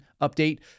update